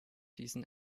diesen